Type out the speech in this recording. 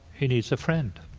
he needs a friend.